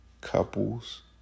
couples